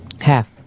Half